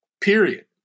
Period